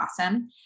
awesome